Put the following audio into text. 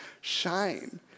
shine